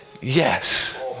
Yes